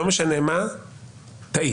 לא משנה מה, טעית.